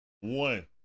one